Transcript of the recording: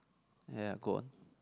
ya go on